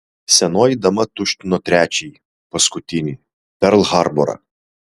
senoji dama tuštino trečiąjį paskutinį perl harborą